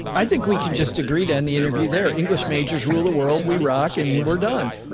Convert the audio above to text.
i think we can just agree to end the interview there. english majors rule the world we rock and we're done.